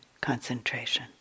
concentration